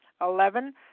Eleven